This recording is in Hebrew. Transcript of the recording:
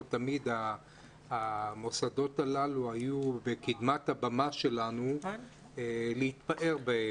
תמיד המוסדות הללו היו בקדמת הבמה שלנו להתפאר בהם,